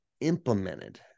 implemented